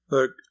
Look